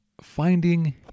finding